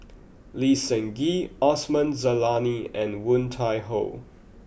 Lee Seng Gee Osman Zailani and Woon Tai Ho